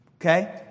Okay